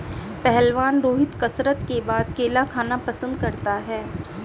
पहलवान रोहित कसरत के बाद केला खाना पसंद करता है